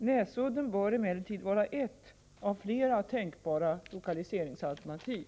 Näsudden bör emellertid vara ett av flera tänkbara lokaliseringsalternativ.